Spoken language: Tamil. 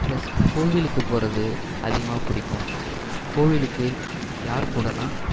பிளஸ் கோவிலுக்கு போவது அதிகமாக பிடிக்கும் கோவிலுக்கு யார் கூடனால்